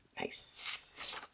nice